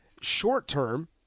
short-term